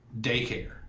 daycare